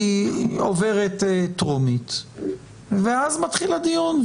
היא עוברת טרומית ואז מתחיל הדיון.